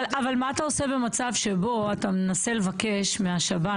אבל מה אתה עושה במצב שבו אתה מנסה לבקש מהשב"ן